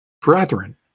Brethren